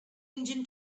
engine